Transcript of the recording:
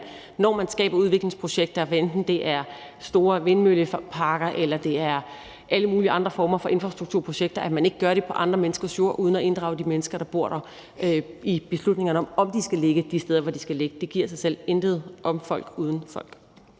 man, når man skaber udviklingsprojekter – hvad enten det er store vindmølleparker, eller det er alle mulige andre former for infrastrukturprojekter – ikke gør det på andre menneskers jord uden at inddrage de mennesker, der bor der, i beslutningerne om, om de skal ligge de steder, hvor de skal ligge; det giver sig selv – intet om folk uden folk.